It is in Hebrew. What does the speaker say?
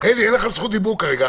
אלי, אין לך זכות דיבור כרגע.